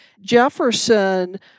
Jefferson